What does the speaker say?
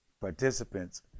participants